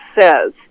says